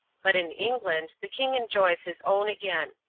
but in england the king enjoys his own again.